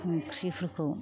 ओंख्रिफोरखौ